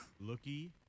Looky